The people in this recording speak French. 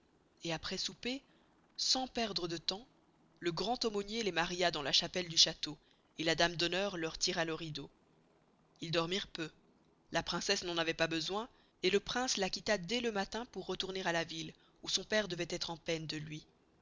et aprés soupé sans perdre de temps le grand aumonier les maria dans la chapelle du chasteau et la dame dhonneur leur tira le rideau ils dormirent peu la princesse n'en avoit pas grand besoin et le prince la quitta dès le matin pour retourner à la ville où son pere devait estre en peine de luy